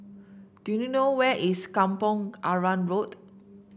do you know where is Kampong Arang Road